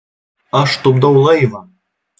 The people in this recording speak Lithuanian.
aš tupdau laivą